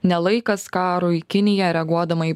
ne laikas karui kinija reaguodama į